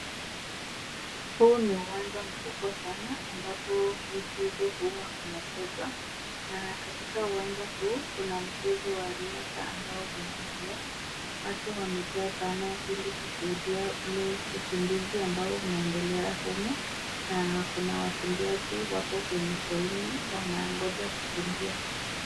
Huu ni uwanja mkubwa sana ambapo mchezo huwa unachezwa, na katika uwanja huu kuna mchezo wa riadha ambao unaendelea watu wamejaa sana ili kuushudia ule ukimbizi ambalo linaendelea humo na kuna wakimbiaji wako kwenye foleni wanangoja kukimbia.